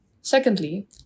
Secondly